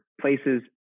places